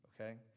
okay